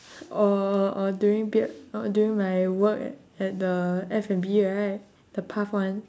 or or during break or during my work at the F&B right the puff one